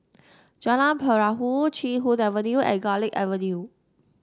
Jalan Perahu Chee Hoon Avenue and Garlick Avenue